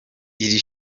iri